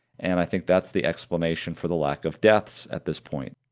and i think that's the explanation for the lack of deaths at this point.